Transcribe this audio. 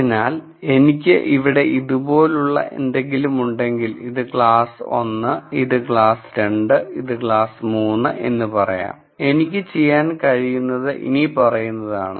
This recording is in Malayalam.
അതിനാൽ എനിക്ക് ഇവിടെ ഇതുപോലുള്ള എന്തെങ്കിലും ഉണ്ടെങ്കിൽ ഇത് ക്ലാസ് 1 ഇത് ക്ലാസ് 2 ഇത് ക്ലാസ് 3 എന്ന് പറയാം എനിക്ക് ചെയ്യാൻ കഴിയുന്നത് ഇനിപ്പറയുന്നതാണ്